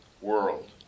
world